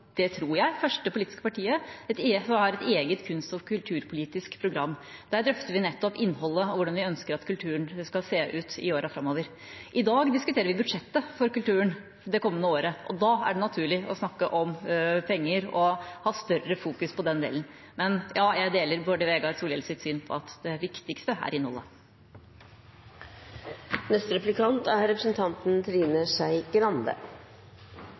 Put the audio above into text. det – tror jeg – første politiske partiet har et eget kunst- og kulturpolitisk program. Der drøfter vi nettopp innholdet og hvordan vi ønsker at kulturen skal se ut i årene framover. I dag diskuterer vi budsjettet for kulturen det kommende året. Da er det naturlig å snakke om penger og ha større fokus på den delen. Men ja, jeg deler Bård Vegar Solhjells syn på at det viktigste er innholdet. Først må jeg si til representanten